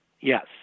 yes